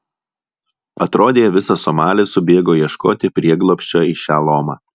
atrodė visas somalis subėgo ieškoti prieglobsčio į šią lomą